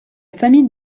famille